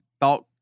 thought